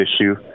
issue